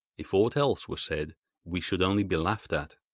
if aught else were said we should only be laughed at